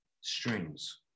strings